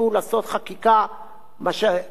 שקראו לה כאן "אנטי-דמוקרטית".